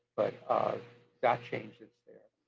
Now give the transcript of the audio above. but ah that change is there.